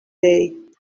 day